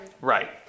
Right